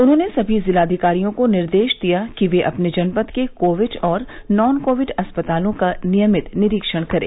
उन्होंने समी जिलाधिकारियों को निर्देश दिया कि वे अपने जनपद के कोविड और नॉन कोविड अस्पतालों का नियमित निरीक्षण करें